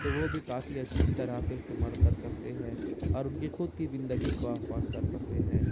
تو وہ بھی کافی اچھی طرح سے استعمال کر سکتے ہیں اور ان کی خود کی زندگی کو آسان کر سکتے ہیں